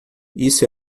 isso